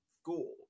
school